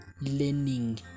learning